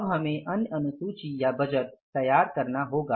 अब हमें अन्य अनुसूची या बजट तैयार करना होगा